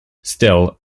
still